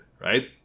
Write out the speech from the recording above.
right